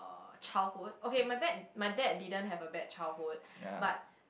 uh childhood okay my bad my dad didn't have a bad childhood but